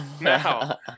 now